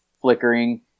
flickering